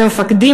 ומפקדים